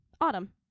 Autumn